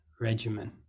regimen